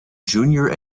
junior